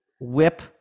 whip